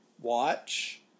watch